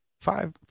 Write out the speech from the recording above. Five